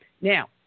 Now